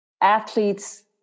athletes